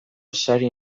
sari